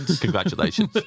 Congratulations